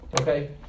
Okay